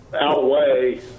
outweigh